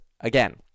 again